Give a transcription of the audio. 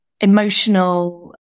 emotional